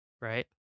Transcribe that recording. right